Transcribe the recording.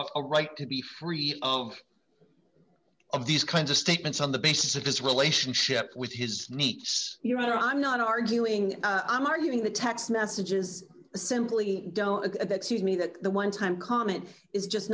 a right to be free of of these kinds of statements on the basis of his relationship with his neat your i'm not arguing i'm arguing the text messages simply don't look at that to me that the one time comment is just